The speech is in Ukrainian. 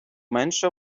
менше